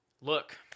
look